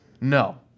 No